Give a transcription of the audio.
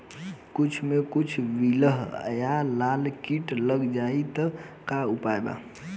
कद्दू मे कद्दू विहल या लाल कीट लग जाइ त का उपाय बा?